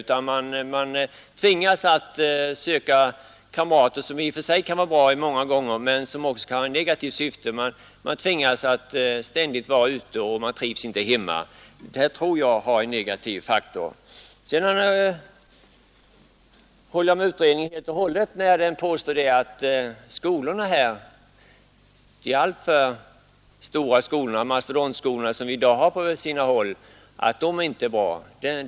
De tvingas att söka kamrater som många gånger kan vara bra men som också kan ha en negativ inverkan. Att tvingas att ständigt vara ute därför att man inte trivs hemma tror jag är en negativ faktor. Sedan håller jag med utredningen helt och hållet, när den påstår att de alltför stora skolorna, mastodontskolorna, som i dag finns på sina håll, inte är bra.